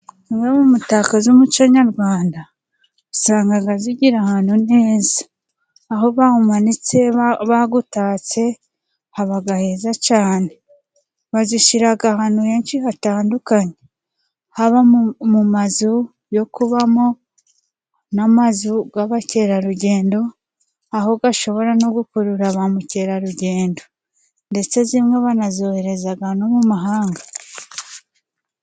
Umwe mu mitaka z'umuco nyarwanda usangaga zigira ahantu nezaza, aho bawumanitse bawutatse haba ahameza neza cyane, bazishyiraga ahantu henshi hatandukanye haba mu mazu yo kubamo, n'amazu y'abamukerarugendo, ahubwo ashobora no gukurura ba mukerarugendo, ndetse zimwe banazohereza no mu mahanga.